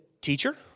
teacher